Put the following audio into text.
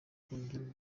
kongera